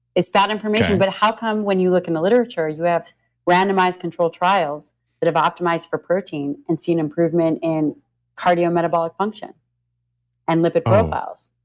it's bad information, but how come when you look in the literature you have randomized control trials that have optimized for protein and seen improvement in cardiometabolic function and lipid profiles?